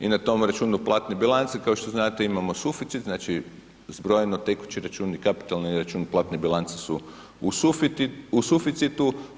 I na tom računu platne bilance, kao što znate imamo suficit, znači zbrojno tekući račun i kapitalni račun platne bilance su u suficitu.